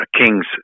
Kings